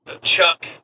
chuck